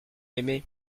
aimé